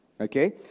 Okay